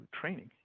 training